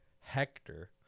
Hector